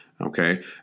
Okay